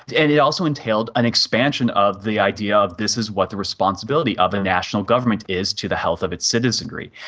and it also entailed an expansion of the idea of this is what the responsibility of a national government is to the health of its citizenry.